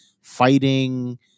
fighting